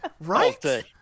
right